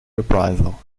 reprisal